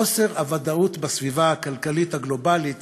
חוסר הוודאות בסביבה הכלכלית הגלובלית